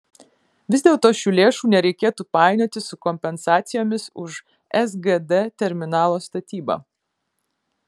vis dėlto šių lėšų nereikėtų painioti su kompensacijomis už sgd terminalo statybą